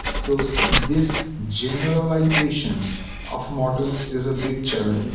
so this generalization of models is a big challenge.